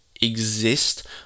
exist